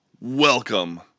Welcome